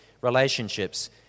relationships